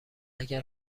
اگر